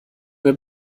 mir